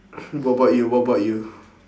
what about you what about you